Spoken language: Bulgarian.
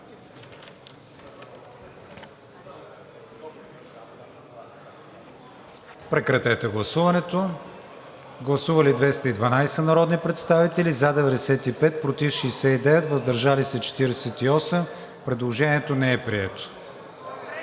„Булгаргаз“ ЕАД. Гласували 212 народни представители: за 95, против 69, въздържали се 48. Предложението не е прието.